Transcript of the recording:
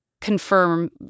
confirm